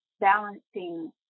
balancing